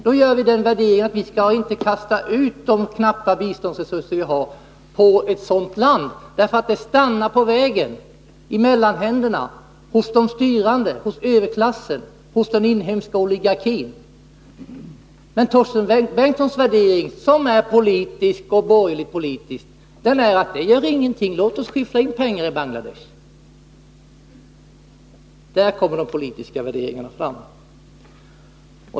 Vi gör den värderingen att vi inte skall kasta ut de knappa biståndsresurser vi har på ett sådant land, för de stannar på vägen, hos mellanhänderna, hos de styrande, hos överklassen och hos den inhemska oligarkin. Men Torsten Bengtsons värdering — som är politisk och borgerligt politisk — är: Det gör ingenting, låt oss skyffla in pengar i Bangladesh! Där kommer de politiska värderingarna fram.